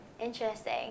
Interesting